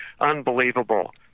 unbelievable